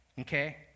okay